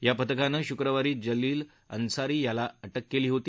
या पथकानं शुक्रवारी जलील अन्सारी याला अटक केली होती